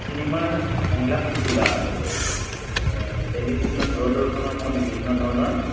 চিনেমাৰ সংলাপ লিখিবলৈ আৰম্ভ কৰিলোঁ টেলিভিশ্যনত দূৰদৰ্শনৰ মই বিভিন্ন ধৰণৰ